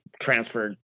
transferred